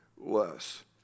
less